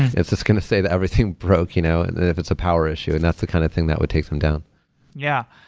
it's just going to say that everything broke you know and and if it's a power issue, and that's the kind of thing that would take them down yeah.